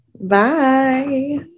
Bye